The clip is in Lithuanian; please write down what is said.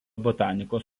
botanikos